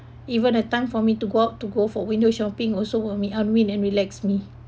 even a time for me to go out to go for window shopping also will be amrin and relax me